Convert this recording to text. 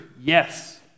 Yes